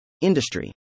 industry